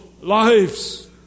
lives